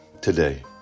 today